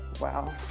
wow